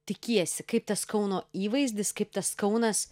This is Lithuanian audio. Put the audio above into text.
tikiesi kaip tas kauno įvaizdis kaip tas kaunas